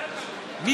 על מה אתה מדבר?